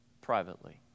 privately